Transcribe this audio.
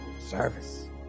Service